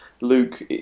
Luke